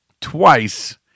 twice